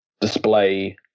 display